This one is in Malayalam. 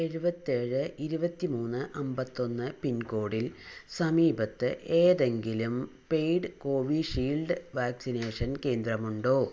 എഴുപത്തേഴ് ഇരുപത്തി മൂന്ന് അമ്പത്തൊന്ന് പിൻകോഡിൽ സമീപത്ത് ഏതെങ്കിലും പേയ്ഡ് കോവിഷീൽഡ് വാക്സിനേഷൻ കേന്ദ്രമുണ്ടോ